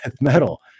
metal